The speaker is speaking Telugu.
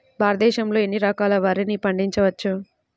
భారతదేశంలో ఎన్ని రకాల వరిని పండించవచ్చు